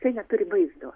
jisai neturi vaizdo